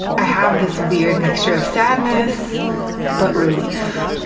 i have this weird mixture of sadness but relief.